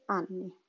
anni